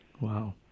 Wow